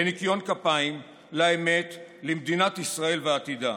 לניקיון כפיים, לאמת, למדינת ישראל ועתידה,